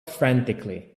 frantically